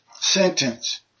sentence